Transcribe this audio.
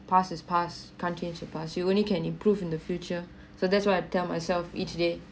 past is past can't change the pass you only can improve in the future so that's why I tell myself each day